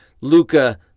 Luca